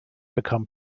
become